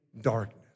darkness